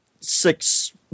six